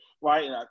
right